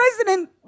president